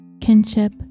kinship